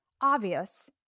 obvious